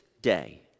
day